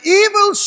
evil